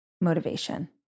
motivation